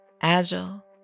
Agile